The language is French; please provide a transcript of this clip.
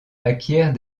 acquiert